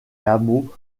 hameaux